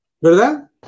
¿Verdad